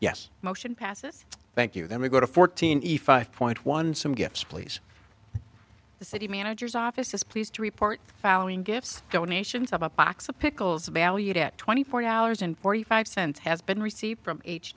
yes motion passes thank you then we go to fortini five point one some gifts please the city managers office is pleased to report following gifts donations of a box of pickles valued at twenty four dollars and forty five cents has been received from